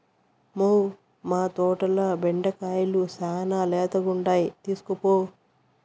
మ్మౌ, మా తోటల బెండకాయలు శానా లేతగుండాయి తీస్కోపో